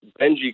benji